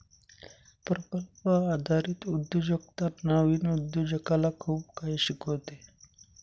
प्रकल्प आधारित उद्योजकता नवीन उद्योजकाला खूप काही शिकवते